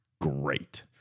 great